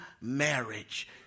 marriage